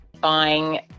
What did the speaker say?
Buying